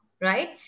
right